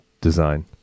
design